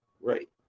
Right